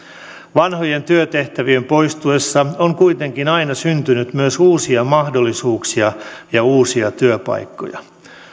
vanhojen työtehtävien poistuessa on kuitenkin aina syntynyt myös uusia mahdollisuuksia ja uusia työpaikkoja